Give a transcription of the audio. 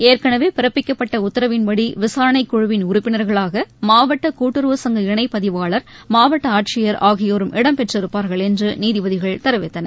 ஏற்கனவே பிறப்பிக்கப்பட்ட உத்தரவின்படி விசாரணைக்குழவின் உறுப்பினர்களாக மாவட்ட கூட்டுறவு சங்க இணைப்பதிவாளர் மாவட்ட ஆட்சியர் ஆகியோரும் இடம்பெற்றிருப்பார்கள் என்று நீதிபதிகள் தெரிவித்தனர்